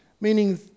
meaning